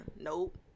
Nope